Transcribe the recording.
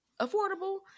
affordable